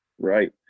right